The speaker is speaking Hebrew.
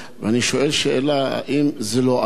ואני שואל שאלה: האם זה לא עלול,